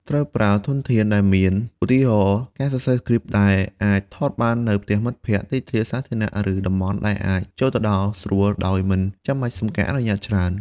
ត្រូវប្រើប្រាស់ធនធានដែលមាន ឧទាហរណ៍ ការសរសេរស្គ្រីបដែលអាចថតបាននៅផ្ទះមិត្តភក្តិ ទីធ្លាសាធារណៈ ឬតំបន់ដែលអាចចូលដល់ដោយស្រួលដោយមិនចាំបាច់សុំការអនុញ្ញាតច្រើន។